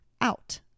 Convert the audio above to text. out